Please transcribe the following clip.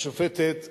השופטת בייניש.